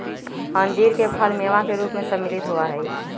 अंजीर के फल मेवा के रूप में सम्मिलित होबा हई